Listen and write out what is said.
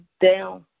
down